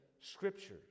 Scriptures